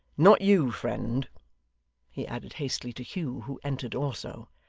not you, friend he added hastily to hugh, who entered also.